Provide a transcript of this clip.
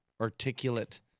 articulate